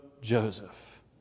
Joseph